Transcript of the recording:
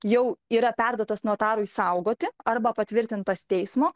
jau yra perduotas notarui saugoti arba patvirtintas teismo